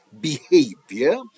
behavior